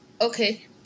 Okay